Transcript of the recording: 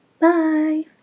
Bye